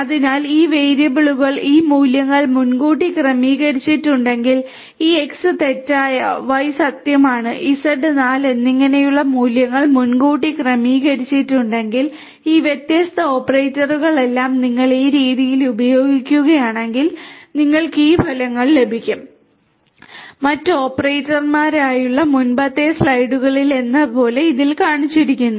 അതിനാൽ ഈ വേരിയബിളുകൾ ഈ മൂല്യങ്ങൾ മുൻകൂട്ടി ക്രമീകരിച്ചിട്ടുണ്ടെങ്കിൽ ഈ X തെറ്റായ Y സത്യമാണ് Z 4 എന്നിങ്ങനെയുള്ള മൂല്യങ്ങൾ മുൻകൂട്ടി ക്രമീകരിച്ചിട്ടുണ്ടെങ്കിൽ ഈ വ്യത്യസ്ത ഓപ്പറേറ്ററുകളെല്ലാം നിങ്ങൾ ഈ രീതിയിൽ ഉപയോഗിക്കുകയാണെങ്കിൽ നിങ്ങൾക്ക് ഈ ഫലങ്ങൾ ലഭിക്കും മറ്റ് ഓപ്പറേറ്റർമാരുമായുള്ള മുമ്പത്തെ സ്ലൈഡുകളിലെന്നപോലെ ഇവിടെ കാണിച്ചിരിക്കുന്നു